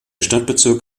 stadtbezirk